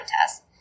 Test